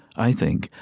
i think,